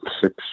six